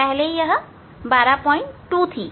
पहले यह 122 थी